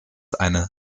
eine